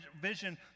vision